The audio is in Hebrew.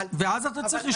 ואז אתה צריך לשקול.